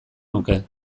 nuke